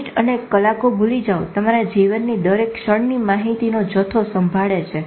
minute અને કલકો ભૂલી જાવ તમારા જીવનની દરેક ક્ષણની માહિતીનો જથ્થો સંભાળે છે